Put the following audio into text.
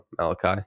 Malachi